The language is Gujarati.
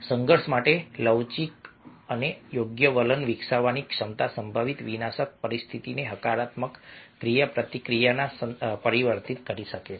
સંઘર્ષ માટે લવચીક અને યોગ્ય વલણ વિકસાવવાની ક્ષમતા સંભવિત વિનાશક પરિસ્થિતિને હકારાત્મક ક્રિયાપ્રતિક્રિયામાં પરિવર્તિત કરી શકે છે